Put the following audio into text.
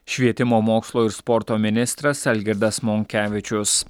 švietimo mokslo ir sporto ministras algirdas monkevičius